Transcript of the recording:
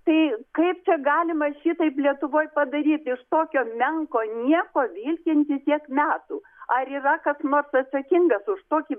tai kaip čia galima šitaip lietuvoj padaryti iš tokio menko nieko vilkinti tiek metų ar yra kas nors atsakingas už tokį